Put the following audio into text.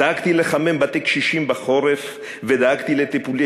דאגתי לחמם בתי קשישים בחורף ודאגתי לטיפולי